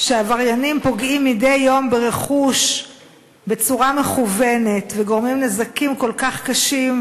שעבריינים פוגעים מדי יום ברכוש בצורה מכוונת וגורמים נזקים כל כך קשים,